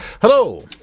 Hello